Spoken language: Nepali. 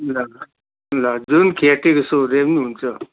ल ल जुन खेतीको सोधे पनि हुन्छ